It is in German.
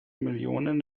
millionen